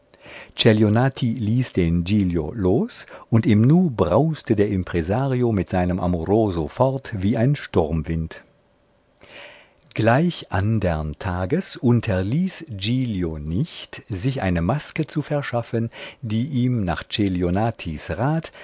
celionati ließ den giglio los und im nu brauste der impresario mit seinem amoroso fort wie ein sturmwind gleich andern tages unterließ giglio nicht sich eine maske zu verschaffen die ihm nach celionatis rat